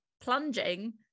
plunging